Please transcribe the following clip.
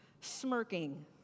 smirking